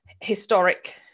historic